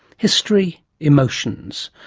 history, emotions.